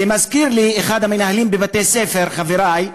זה מזכיר לי, אחד המנהלים של בתי-ספר, חברי,